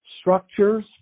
structures